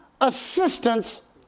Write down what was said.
assistance